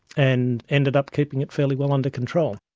and ended up keeping it fairly well under control.